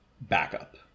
backup